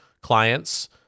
clients